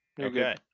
Okay